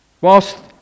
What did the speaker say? Whilst